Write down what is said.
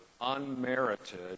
unmerited